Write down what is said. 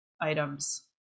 items